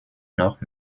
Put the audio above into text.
noch